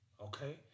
Okay